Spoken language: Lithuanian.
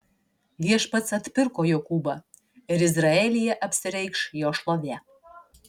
viešpats atpirko jokūbą ir izraelyje apsireikš jo šlovė